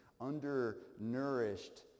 undernourished